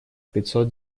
пятьсот